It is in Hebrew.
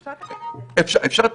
אפשר.